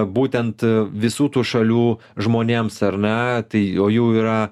būtent visų tų šalių žmonėms ar ne tai o jų yra